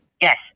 Yes